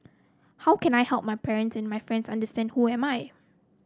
how can I help my parents and my friends understand who am I